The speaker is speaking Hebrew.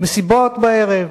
מסיבות בערב,